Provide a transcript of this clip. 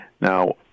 Now